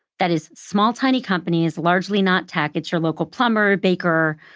that is small, tiny companies, largely not tech. it's your local plumber, baker,